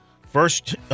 first